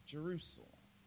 Jerusalem